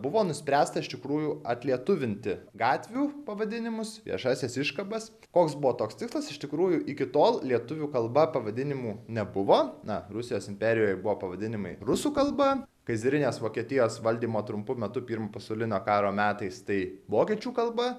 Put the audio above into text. buvo nuspręsta iš tikrųjų atlietuvinti gatvių pavadinimus viešąsias iškabas koks buvo toks tikslas iš tikrųjų iki tol lietuvių kalba pavadinimų nebuvo na rusijos imperijoje buvo pavadinimai rusų kalba kaizerinės vokietijos valdymo trumpu metu pirmojo pasaulinio karo metais tai vokiečių kalba